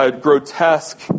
grotesque